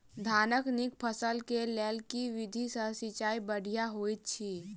धानक नीक फसल केँ लेल केँ विधि सँ सिंचाई बढ़िया होइत अछि?